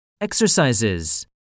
Exercises